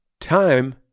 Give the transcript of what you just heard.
Time